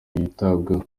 yitabweho